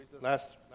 last